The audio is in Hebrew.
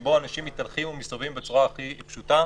שבו אנשים מתהלכים ומסתובבים בצורה הכי פשוטה.